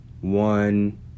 one